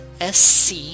SC